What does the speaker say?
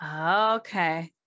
Okay